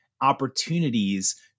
opportunities